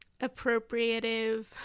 appropriative